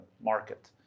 market